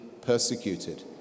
persecuted